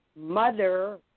mother